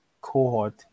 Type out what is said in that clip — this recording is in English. cohort